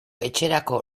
etxerako